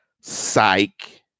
psych